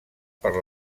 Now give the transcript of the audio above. per